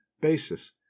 basis